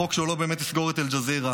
הוא חוק שלא באמת יסגור את אל-ג'זירה,